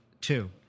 Two